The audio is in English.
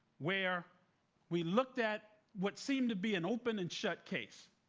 where we looked at what seemed to be an open-and-shut case.